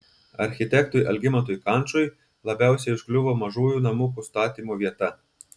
architektui algimantui kančui labiausiai užkliuvo mažųjų namukų statymo vieta